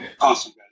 Awesome